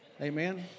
Amen